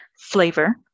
Flavor